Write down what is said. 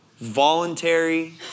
voluntary